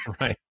Right